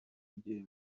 jye